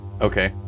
Okay